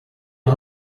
nka